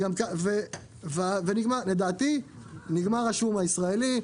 ולדעתי נגמר השום הישראלי.